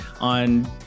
on